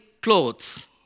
clothes